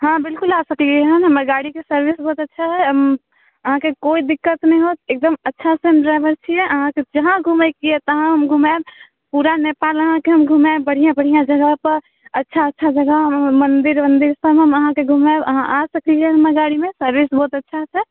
हँ बिलकुल आबि सकली हँ हमर गाड़ीके सर्विस बहुत अच्छा हइ अहाँके कोइ दिक्कत नहि हैत एकदम अच्छासँ हम ड्राइवर छिए अहाँके जहाँ घुमैके अइ तहाँ हम घुमाएब पूरा नेपाल अहाँके हम घुमाएब बढ़िआँ बढ़िआँ जगहपर अच्छा अच्छा जगह मन्दिर उन्दिरसब हम अहाँके घुमाएब आ सकली हइ हमर गाड़ीमे सर्विस बहुत अच्छा छै